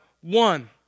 one